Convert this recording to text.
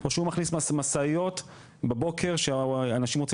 או שהוא מכניס משאיות בבוקר כשאנשים רוצים